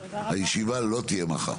הישיבה לא תהיה מחר.